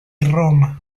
roma